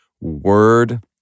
word